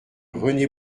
rené